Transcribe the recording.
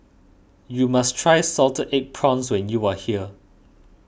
you must try Salted Egg Prawns when you are here